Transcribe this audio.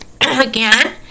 again